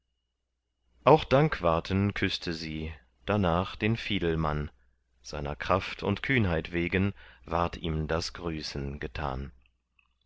auch dankwarten küßte sie darnach den fiedelmann seiner kraft und kühnheit wegen ward ihm das grüßen getan